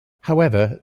however